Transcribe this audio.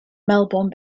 melbourne